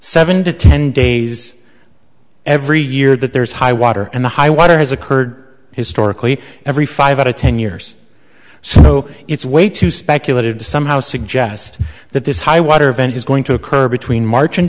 seven to ten days every year that there is high water and the high water has occurred historically every five to ten years so it's way too speculative to somehow suggest that this high water event is going to occur between march